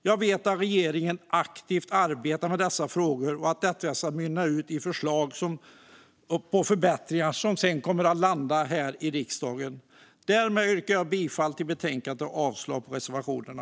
Jag vet att regeringen arbetar aktivt med dessa frågor och att detta ska mynna ut i förslag på förbättringar som sedan kommer att landa här i riksdagen. Därmed yrkar jag bifall till förslaget i betänkandet och avslag på reservationerna.